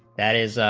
that is